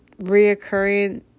reoccurring